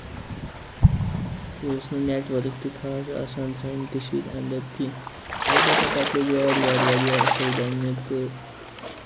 بیٚیہِ اوس نہٕ نیٚٹؤرٕک تہِ خاص آسان سانہِ کٔشیٖر اَندر کیٚنہہ اَلبتہ پَتہٕ لوٚگ وارٕ وارٕ واریاہ اَصٕل بَنٕنہِ تہٕ